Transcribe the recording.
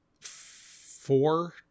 four